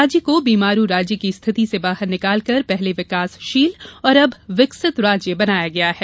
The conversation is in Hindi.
राज्य को बीमारू राज्य की स्थिति से बाहर निकालकर पहले विकासशील और अब विकसित राज्य बनाया गया है